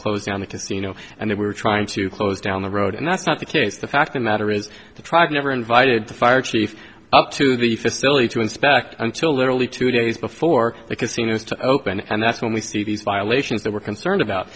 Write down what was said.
close down the casino and they were trying to close down the road and that's not the case the fact the matter is to track never invited to fire chief up to the facility to inspect until literally two days before the casinos to open and that's when we see these violations that we're concerned about